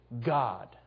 God